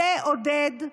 זה, עודד,